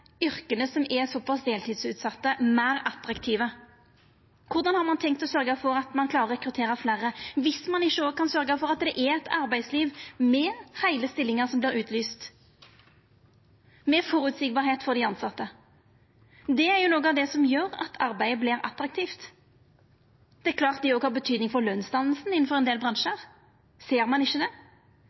som er så deltidsutsette, meir attraktive? Korleis har ein tenkt å sørgja for at ein klarer å rekruttera fleire, viss ein ikkje òg kan sørgja for at det er eit arbeidsliv der heile stillingar vert utlyste, med føreseielegheit for dei tilsette? Det er jo noko av det som gjer at arbeidet vert attraktivt. Det er klart at det òg har betyding for lønsdanninga innanfor ein del bransjar. Ser ein ikkje det?